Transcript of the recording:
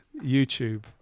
YouTube